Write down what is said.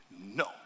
no